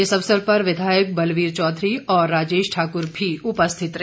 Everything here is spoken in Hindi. इस अवसर पर विधायक बलवीर चौधरी और राजेश ठाकुर भी उपस्थित रहे